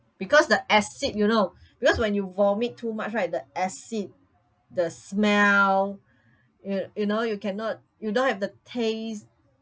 because the acid you know because when you vomit too much right the acid the smell y~ you know you cannot you don't have the taste